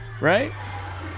right